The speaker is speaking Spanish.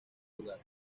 lugar